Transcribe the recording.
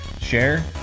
share